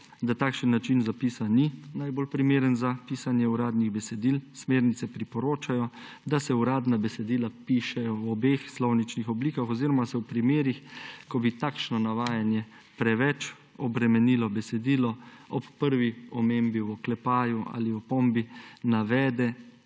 da takšen način zapisa ni najbolj primeren za pisanje uradnih besedil. Smernice priporočajo, da se uradna besedila pišejo v obeh slovničnih oblikah oziroma se v primerih, ko bi takšno navajanje preveč obremenilo besedilo, ob prvi omembi v oklepaju ali opombi navede,